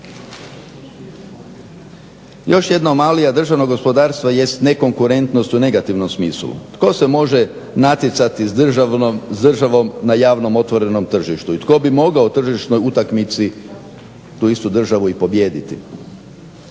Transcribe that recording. Još jedna anomalija državnog gospodarstva jest nekonkurentnost u negativnom smislu. Tko se može natjecati s državom na javnom, otvorenom tržištu i tko bi mogao u tržišnoj utakmici tu istu državu i pobijediti.